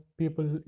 people